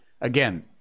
again